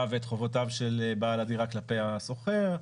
ואת חובותיו של בעל הדירה כלפי השוכר,